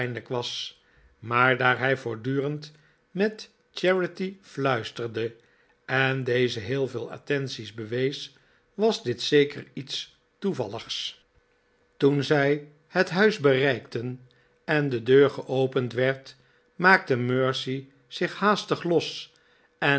maar daar hij voortdurend met charity fluisterde en deze heel veel attenties bewees was dit zeker iets toevalligs toen zij het huis bereikten en de deur geopend werd maakte mercy zich haastig los en